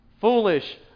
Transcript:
foolish